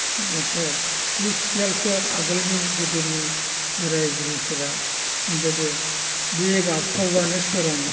नाथाय बे सियालखौ आगोलनि गोदोनि बोराय बुरैफोरा बुंदों दे बे गाबख्रावबानो सोराङो